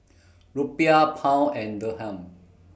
Rupiah Pound and Dirham